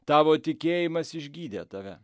tavo tikėjimas išgydė tave